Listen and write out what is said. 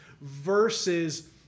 versus